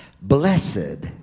blessed